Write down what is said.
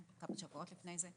כמה שבועות לפני זה.